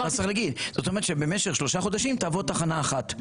אז אתה צריך להגיד שבמשך שלושה חודשים תעבוד תחנה אחת.